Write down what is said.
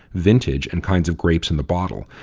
vintage and kinds of grapes in the bottle,